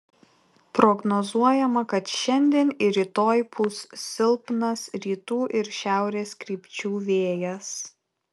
prognozuojama kad šiandien ir rytoj pūs silpnas rytų ir šiaurės krypčių vėjas